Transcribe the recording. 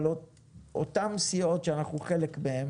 אבל אותן סיעות שאנחנו חלק מהן